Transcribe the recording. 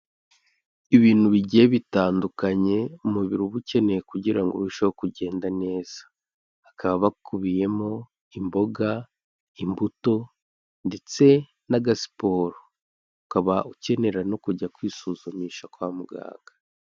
Ibintu bigiye bitandukanye umubiri uba ukeneye kugira urusheho kugenda neza, bakaba hakubiyemo: imboga, imbuto, ndetse n'agasiporo, ukaba ukenera no kujya kwisuzumisha kwa muganga.